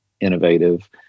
innovative